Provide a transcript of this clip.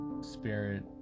spirit